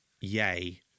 yay